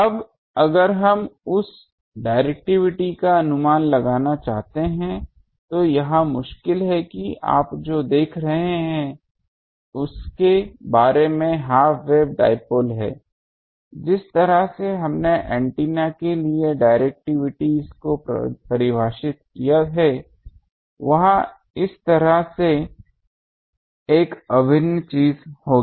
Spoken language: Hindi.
अब अगर हम उस डिरेक्टिविटी का अनुमान लगाना चाहते हैं तो यह मुश्किल है कि आप जो देख रहे हैं उसके बारे में हाफ वेव डाइपोल है जिस तरह से हमने एंटीना के लिए डिरेक्टिविटीज़ को परिभाषित किया है वह इस तरह से एक अभिन्न चीज होगी